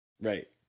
Right